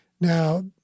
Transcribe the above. Now